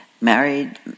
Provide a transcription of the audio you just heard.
married